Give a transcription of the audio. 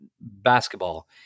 basketball